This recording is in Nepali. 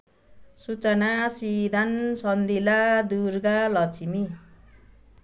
सूचना सिद्धान्त सन्दिला दुर्गा लक्ष्मी